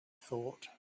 thought